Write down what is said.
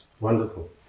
Wonderful